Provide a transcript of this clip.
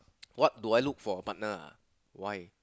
what do I look for a partner ah why